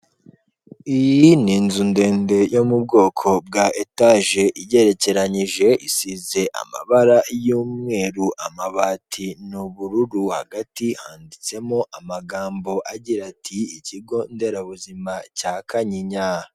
Iyi ni inzu ndende yo mu bwoko bwa etaje igerekeranyije, isize amabara y'umweru, amabati ni ubururu. Hagati handitsemo amagambo agira ati ikigo nderabuzima cya Kanyinya.